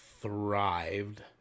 thrived